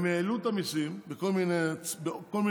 הם העלו את המיסים בכל מיני אופנים,